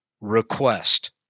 request